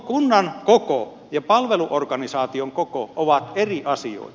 kunnan koko ja palveluorganisaation koko ovat eri asioita